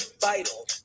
vital